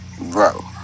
Bro